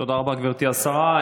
תודה רבה, גברתי השרה.